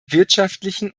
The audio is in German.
wirtschaftlichen